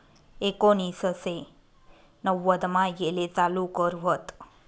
एकोनिससे नव्वदमा येले चालू कर व्हत